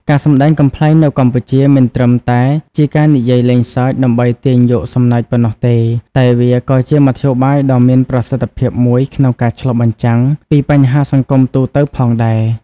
ការសម្ដែងកំប្លែងនៅកម្ពុជាមិនត្រឹមតែជាការនិយាយលេងសើចដើម្បីទាញយកសំណើចប៉ុណ្ណោះទេ តែវាក៏ជាមធ្យោបាយដ៏មានប្រសិទ្ធភាពមួយក្នុងការឆ្លុះបញ្ចាំងពីបញ្ហាសង្គមទូទៅផងដែរ។